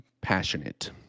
Passionate